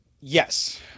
yes